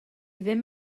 ddim